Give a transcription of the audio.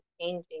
changing